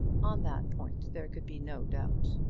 on that point there could be no doubt.